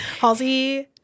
Halsey